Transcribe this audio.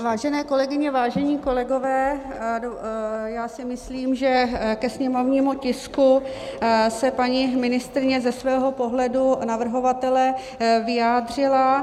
Vážené kolegyně, vážení kolegové, já si myslím, že ke sněmovnímu tisku se paní ministryně ze svého pohledu navrhovatele vyjádřila.